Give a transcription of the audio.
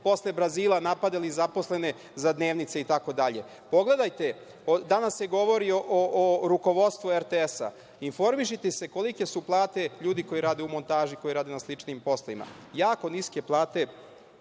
posle Brazila napadali zaposlene za dnevnice itd. Pogledajte, danas se govori o rukovodstvu RTS, informišite se kolike su plate ljudi koji rade na montaži, koji rade na sličnim poslovima, jako niske plate,